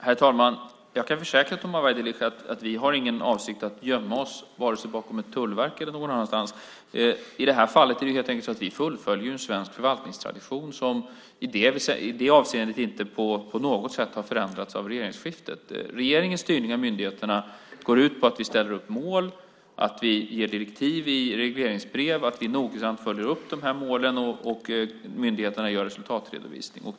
Herr talman! Jag kan försäkra Tommy Waidelich att vi inte har för avsikt att gömma oss vare sig bakom Tullverket eller någon annanstans. I det här fallet är det helt enkelt så att vi fullföljer den svenska förvaltningstraditionen, som i det avseendet inte på något sätt har förändrats av regeringsskiftet. Regeringens styrning av myndigheterna går ut på att vi ställer upp mål, att vi ger direktiv i regleringsbrev, att vi noggrant följer upp målen och att myndigheterna gör en resultatredovisning.